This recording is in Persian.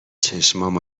چشمام